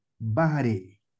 body